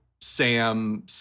Sam